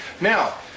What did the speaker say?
Now